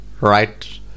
right